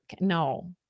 no